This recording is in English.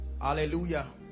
hallelujah